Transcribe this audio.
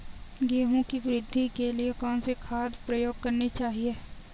गेहूँ की वृद्धि के लिए कौनसी खाद प्रयोग करनी चाहिए?